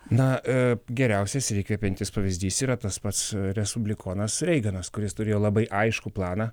na geriausias įkvepiantis pavyzdys yra tas pats respublikonas reiganas kuris turėjo labai aiškų planą